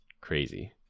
crazy